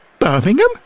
Birmingham